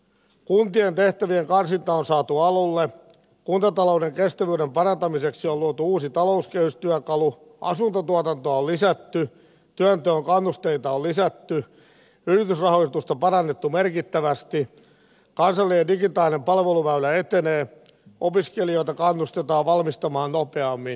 kuntien tehtävien karsinta on saatu alulle kuntatalouden kestävyyden parantamiseksi on luotu uusi talouskehystyökalu asuntotuotantoa on lisätty työnteon kannusteita on lisätty yritysrahoitusta parannettu merkittävästi kansallinen digitaalinen palveluväylä etenee opiskelijoita kannustetaan valmistumaan nopeammin ja niin edespäin